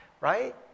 right